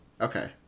Okay